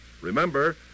Remember